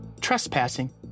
trespassing